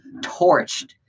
torched